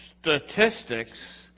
statistics